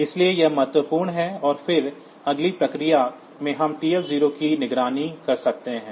इसलिए यह महत्वपूर्ण है और फिर अगली प्रक्रिया में हम TF 0 की निगरानी कर सकते हैं